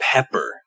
Pepper